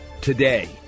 today